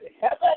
heaven